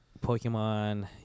Pokemon